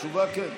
התשובה: כן.